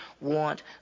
want